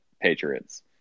Patriots